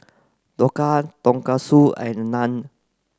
Dhokla Tonkatsu and Naan